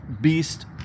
beast